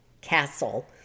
castle